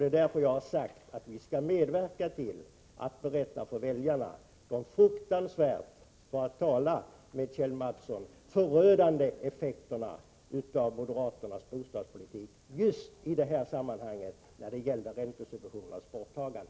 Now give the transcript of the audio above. Det är därför som jag har sagt att vi skall medverka till att berätta för väljarna om de, för att tala med Kjell Mattssons ord, förödande effekterna av moderaternas bostadspolitik, just när det gäller räntesubventionernas borttagande.